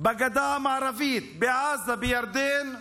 בגדה המערבית, בעזה, בירדן,